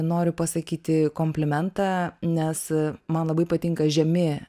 noriu pasakyti komplimentą nes man labai patinka žemi